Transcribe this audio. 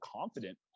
confident